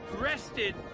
rested